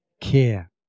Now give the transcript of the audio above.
care